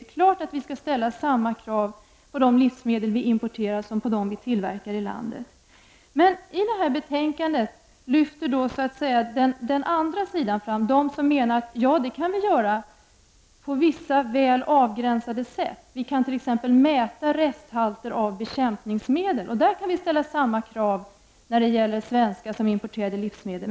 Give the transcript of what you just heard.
Det är klart att vi skall ställa samma krav på de livsmedel vi importerar som på dem vi tillverkar i Sverige. Men i det här betänkandet lyfts så att säga den andra sidan fram. Det finns de som menar att vi kan ställa det kravet på vissa väl avgränsade områden. Vi kan t.ex. mäta resthalter av bekämpningsmedel och där kan vi ställa samma krav på svenska och på importerade livsmedel.